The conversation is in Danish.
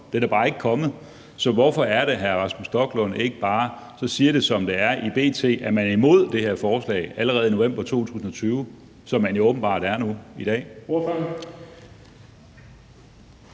den er bare ikke kommet. Så hvorfor er det, at hr. Rasmus Stoklund ikke bare siger, som det er, for i B.T. var man nemlig imod det her forslag allerede i november 2020, ligesom man jo åbenbart er nu i dag?